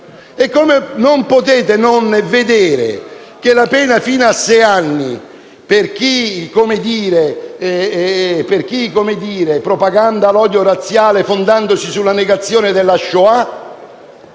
E come non potete non vedere che la pena fino a sei anni per chi propaganda l'odio razziale fondandosi sulla negazione della Shoah